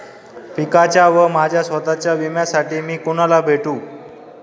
पिकाच्या व माझ्या स्वत:च्या विम्यासाठी मी कुणाला भेटू?